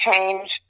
change